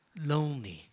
Lonely